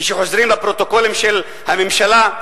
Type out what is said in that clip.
כשחוזרים לפרוטוקולים של הממשלה,